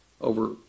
over